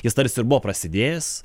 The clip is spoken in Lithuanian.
jis tarsi ir buvo prasidėjęs